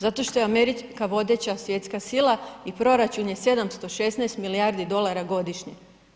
Zato što je Amerika vodeća svjetska sila i proračun je 716 milijardi dolara godišnje.